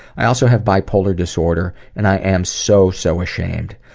i also have bipolar disorder. and i am so, so ashamed.